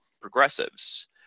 progressives